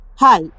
Hi